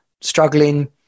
struggling